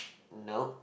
nope